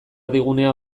erdigunea